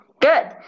Good